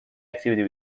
activity